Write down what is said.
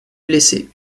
blessé